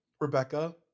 Rebecca